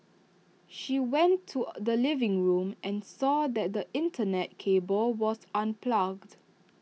she went to the living room and saw that the Internet cable was unplugged